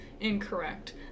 incorrect